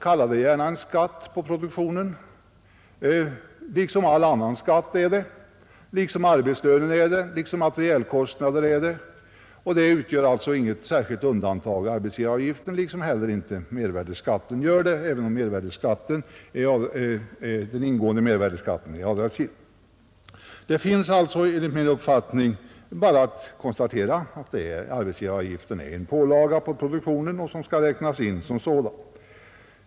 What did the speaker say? Kalla den gärna en skatt på produktionen liksom allt annat — liksom arbetslönen är det, liksom materielkostnader är det. Arbetsgivaravgiften utgör alltså inget särskilt undantag liksom inte heller mervärdeskatten gör det, även om den ingående mervärdeskatten är avdragsgill. Det 'är alltså enligt min uppfattning bara att konstatera att arbetsgivaravgiften är en pålaga på produktionen som skall räknas in som sådan.